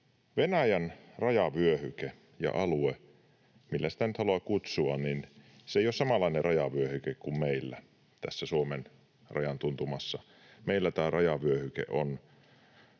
Venäjän rajavyöhyke ja se alue, millä sitä nyt haluaakin kutsua, ei ole samanlainen rajavyöhyke kuin meillä Suomen rajan tuntumassa. Meillä tämä rajavyöhyke